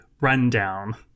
rundown